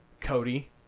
cody